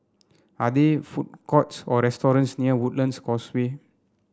are there food courts or restaurants near Woodlands Causeway